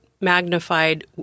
Magnified